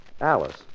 Alice